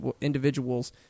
individuals